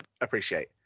appreciate